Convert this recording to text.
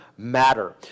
matter